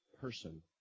person